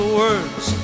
words